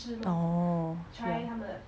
oh ya